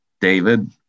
David